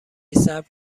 صبر